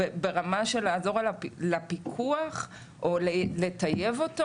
ברמת העזרה לפיקוח או כדי לטייב אותו